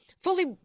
fully